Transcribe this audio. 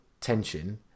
tension